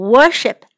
Worship